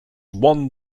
one